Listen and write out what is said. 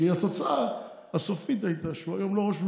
כי התוצאה הסופית הייתה שהוא היום לא ראש ממשלה.